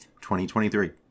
2023